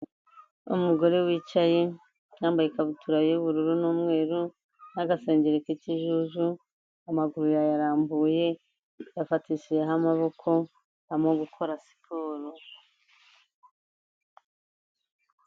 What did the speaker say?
Umugore wicaye yambaye ikabutura y'ubururu n'umweru n'agasenge k'ikijuju, amaguru yaya arambuye yafatishijeho amaboko arimo gukora siporo.